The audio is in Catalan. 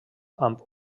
amb